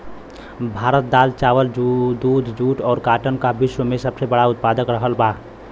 भारत दाल चावल दूध जूट और काटन का विश्व में सबसे बड़ा उतपादक रहल बा